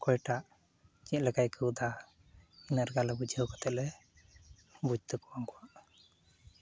ᱚᱠᱚᱭᱴᱟᱜ ᱪᱮᱫᱞᱮᱠᱟᱭ ᱟᱹᱭᱠᱟᱹᱣᱫᱟ ᱤᱱᱟᱹ ᱨᱮᱜᱮ ᱟᱞᱮ ᱵᱩᱡᱷᱟᱹᱣ ᱠᱟᱛᱮᱞᱮ ᱵᱩᱡᱽ ᱛᱟᱠᱚᱣᱟ ᱩᱝᱠᱩᱣᱟᱜ